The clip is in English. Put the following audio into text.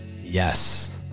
Yes